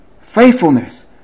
faithfulness